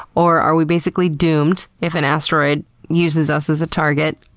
or are we basically doomed if an asteroid uses us as a target?